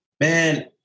Man